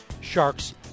Sharks